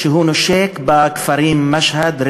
שנושק לכפרים משהד,